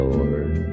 Lord